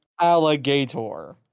alligator